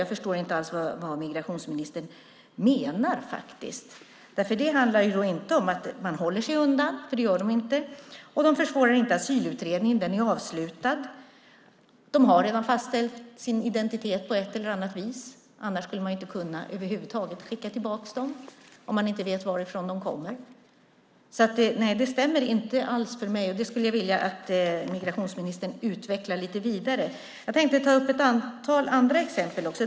Jag förstår faktiskt inte alls vad migrationsministern menar. Det handlar inte om att de håller sig undan, för det gör de inte, och de försvårar inte asylutredningen, för den är avslutad. De har redan fastställt sin identitet på ett eller annat vis, för om man inte vet varifrån de kommer skulle man ju över huvud taget inte kunna skicka tillbaka dem. Det stämmer inte alls för mig, och det skulle jag vilja att migrationsministern utvecklar lite vidare. Jag tänkte ta upp några andra exempel också.